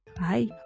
bye